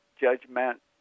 judgment